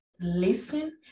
Listen